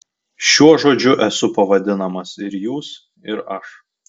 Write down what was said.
šiuo žodžiu esu pavadinamas ir jūs ir aš